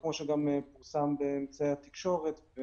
כמו שפורסם באמצעי התקשורת,